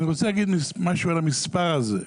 אני רוצה להגיד משהו על המספר הזה,